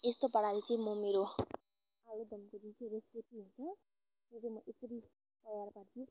यस्तो पाराले चाहिँ म मेरो आलुदमको जुन चाहिँ रेसिपी हुन्छ त्यो चाहिँ म यसरी तयार पार्छु